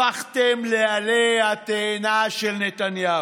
הפכתם לעלה התאנה של נתניהו.